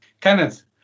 Kenneth